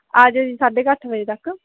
ਆਜਿਓ ਜੀ ਸਾਢੇ ਕੁ ਅੱਠ ਵਜੇ ਤੱਕ